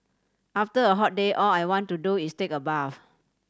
after a hot day all I want to do is take a bath